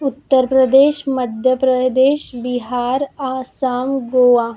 Uttar Pradesh Madhya Pradesh Bihar Assam Goa